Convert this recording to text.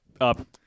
Up